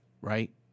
right